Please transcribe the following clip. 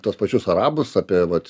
tuos pačius arabus apie vat